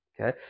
Okay